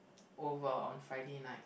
over on Friday night